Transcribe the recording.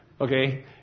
Okay